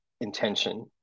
intention